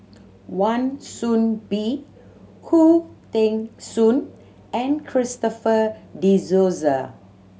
Wan Soon Bee Khoo Teng Soon and Christopher De Souza